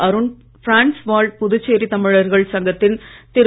Arun France வாழ் புதுச்சேரி தமிழர்கள் சங்கத்தின் திரு